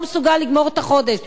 לא מסוגל לגמור את החודש.